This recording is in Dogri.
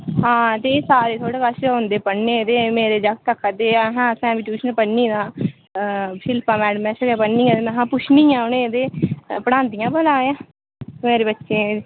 हां ते एह् सारे थुआढ़े कश गै औंदे पढ़ने ई ते मेरे जागत आखै'रदे अहें असें बी ट्यूशन पढ़नी तां शिल्पा मैडम कश गै पढ़नी ते महें पुच्छनी आं उ'नें गी भई पढ़ांदियां भला एह् मेरे बच्चें गी बी